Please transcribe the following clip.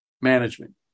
management